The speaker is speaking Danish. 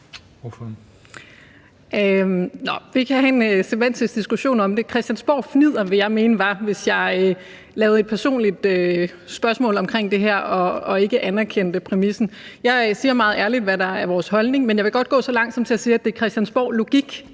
Vi kan have en semantisk diskussion om det. Christiansborgfnidder ville jeg mene var, hvis jeg lavede et personligt spørgsmål om det her og ikke anerkendte præmissen. Jeg siger meget ærligt, hvad der er vores holdning, men jeg vil godt gå så langt som til at sige, at det er christiansborglogik,